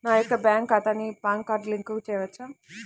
నా యొక్క బ్యాంక్ ఖాతాకి పాన్ కార్డ్ లింక్ చేయవచ్చా?